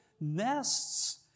nests